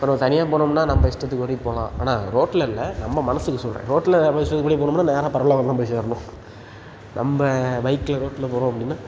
இப்போ நம்ம தனியாக போனோம்னால் நம்ப இஷ்டத்துக்கு ஓட்டிகிட்டு போகலாம் ஆனால் ரோட்டில் இல்லை நம்ம மனதுக்கு சொல்கிறேன் ரோட்டில் நம்ம இஷ்டத்துக்கு படி போனோம்னால் நேராக பரலோகம் தான் போய் சேரணும் நம்ப பைக்கில் ரோட்டில் போகிறோம் அப்படின்னா